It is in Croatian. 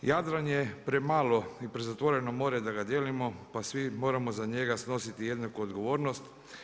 Jadran je premalo i prezatvoreno more da ga dijelimo pa svi moramo za njega snositi jednaku odgovornost.